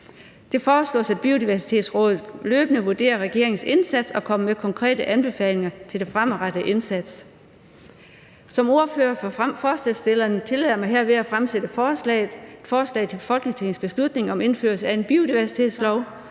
Det foreslås, at biodiversitetsrådet løbende vurderer regeringens indsats og kommer med konkrete anbefalinger til den fremadrettede indsats. Som ordfører for forslagsstillerne tillader jeg mig herved at fremsætte forslag til folketingsbeslutning om indførelse af en biodiversitetslov,